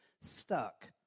stuck